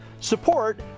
support